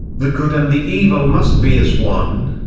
the good and the evil must be as one,